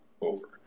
over